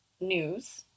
news